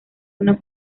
una